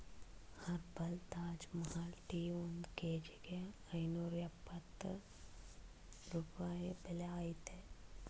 herbal Taj Mahal tea ಒಂದ್ ಕೇಜಿಗೆ ಐನೂರ್ಯಪ್ಪತ್ತು ರೂಪಾಯಿ ಬೆಲೆ ಅಯ್ತೇ